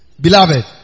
Beloved